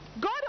God